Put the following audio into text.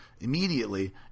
immediately